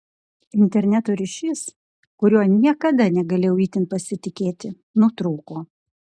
interneto ryšys kuriuo niekada negalėjau itin pasitikėti nutrūko